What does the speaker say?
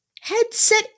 headset